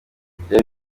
byari